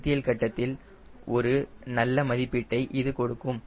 கருத்தியல் கட்டத்தில் ஒரு நல்ல மதிப்பீட்டை இது கொடுக்கும்